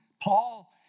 Paul